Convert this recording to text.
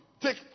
Take